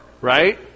Right